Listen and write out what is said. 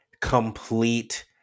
complete